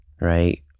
right